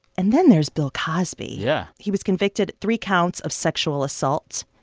and then there's bill cosby yeah he was convicted three counts of sexual assault.